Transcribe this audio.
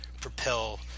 propel